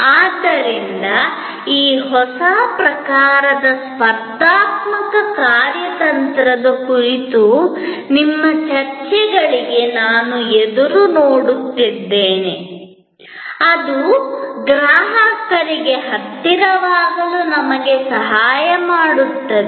ಆದ್ದರಿಂದ ಈ ಹೊಸ ಪ್ರಕಾರದ ಸ್ಪರ್ಧಾತ್ಮಕ ಕಾರ್ಯತಂತ್ರದ ಕುರಿತು ನಿಮ್ಮ ಚರ್ಚೆಗಳಿಗೆ ನಾನು ಎದುರು ನೋಡುತ್ತಿದ್ದೇನೆ ಅದು ಗ್ರಾಹಕರಿಗೆ ಹತ್ತಿರವಾಗಲು ನಮಗೆ ಸಹಾಯ ಮಾಡುತ್ತದೆ